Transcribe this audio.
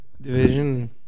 division